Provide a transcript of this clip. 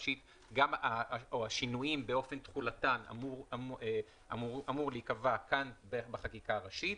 ראשית או השינויים ואופן תחולתם אמור להיקבע כאן בחקיקה הראשית.